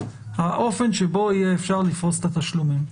האופן שבו יהיה אפשר לפרוס את התשלומים.